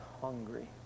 hungry